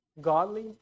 Godly